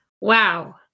Wow